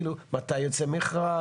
כאילו מתי יוצא מכרז,